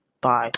Bye